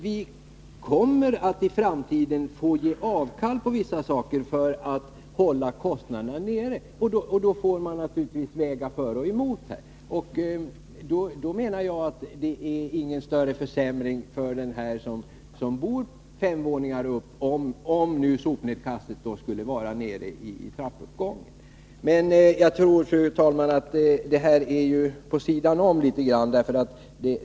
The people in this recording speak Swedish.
Vi kommer i framtiden att få ge avkall på vissa saker för att hålla kostnaderna nere. Man får väga för och emot här, och då menar jag att det är ingen större försämring för dem som bor fem våningar upp om sopnedkastet skulle vara placerat på bottenvåningen i trappuppgången. Men jag tror, fru talman, att det här ligger litet grand vid sidan om.